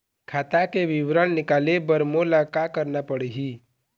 खाता के विवरण निकाले बर मोला का करना पड़ही?